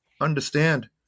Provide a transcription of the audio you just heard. understand